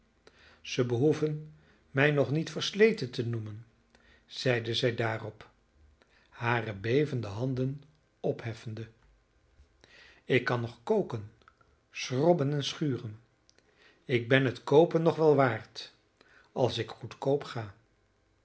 zij behoeven mij nog niet versleten te noemen zeide zij daarop hare bevende handen opheffende ik kan nog koken schrobben en schuren ik ben het koopen nog wel waard als ik goedkoop ga